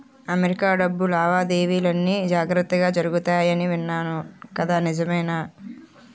America డబ్బు లావాదేవీలన్నీ జాగ్రత్తగా జరుగుతాయని విన్నాను కదా నిజమే